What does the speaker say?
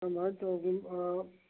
ꯀꯔꯝꯍꯥꯏꯅ